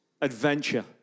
adventure